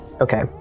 Okay